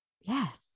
Yes